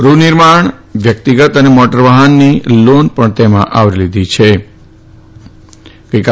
ગૃહ નિર્માણ વ્યર્તક્તગત અને મોટર વાહનની લોન તેમાં આવરી લીધી છેગઈકા